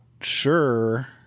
sure